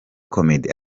comedy